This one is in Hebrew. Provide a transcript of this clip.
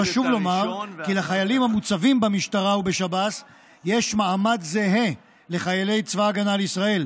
חשוב לומר כי לחיילים המוצבים במשטרה ובשב"ס יש מעמד זהה לזה של